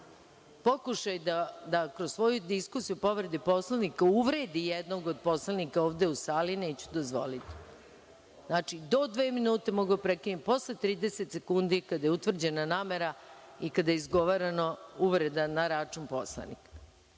primer? Pokušaj da kroz svoju diskusiju u povredi Poslovnika uvredi jednog od poslanika ovde u sali neću dozvoliti. Znači, do dve minute mogu da prekinem, posle 30 sekundi, kada je utvrđena namera i kada je izgovorena uvreda na račun poslanika.